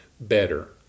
better